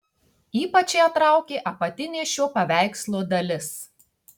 ypač ją traukė apatinė šio paveikslo dalis